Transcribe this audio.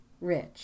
rich